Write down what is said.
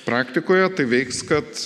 praktikoje tai veiks kad